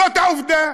זאת העובדה.